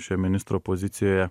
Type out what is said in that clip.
šioj ministro pozicijoje